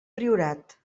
priorat